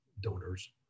donors